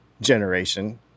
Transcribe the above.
generation